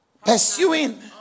Pursuing